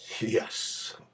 Yes